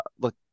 Look